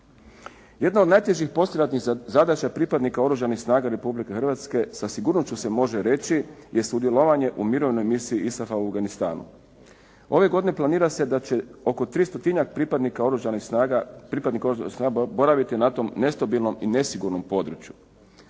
Jedna od najtežih poslijeratnih zadaća pripadnika Oružanih snaga Republike Hrvatske sa sigurnošću se može reći, je sudjelovanje u Mirovnoj misiji ISAF-a u Afganistanu. Ove godine planira se da će oko 300-tinjak pripadnika Oružanih snaga boraviti na tom nestabilnom i nesigurnom području.